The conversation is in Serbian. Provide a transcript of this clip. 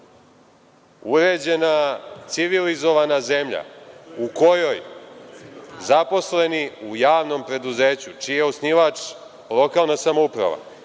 uređena civilizovana zemlja u kojoj zaposleni u javnom preduzeću čiji je osnivač lokalna samouprava